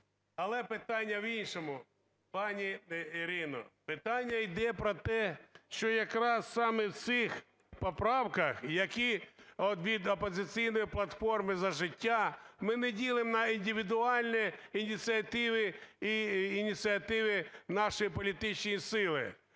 Але питання в іншому, пані Ірино. Питання йде про те, що якраз саме в цих поправках, які від "Опозиційної платформи – За життя", ми не ділимо на індивідуальні ініціативи і ініціативи нашої політичної сили.